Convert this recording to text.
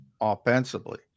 offensively